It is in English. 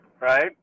right